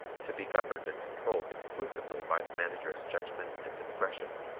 to be governed and controlled exclusively by the manager's judgment and discretion.